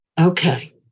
Okay